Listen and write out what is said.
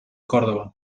córdoba